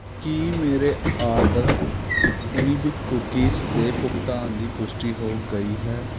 ਕੀ ਮੇਰੇ order Unibic cookies ਦੇ ਭੁਗਤਾਨ ਦੀ ਪੁਸ਼ਟੀ ਹੋ ਗਈ ਹੈ